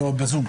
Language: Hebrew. לא, בזום.